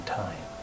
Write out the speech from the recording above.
time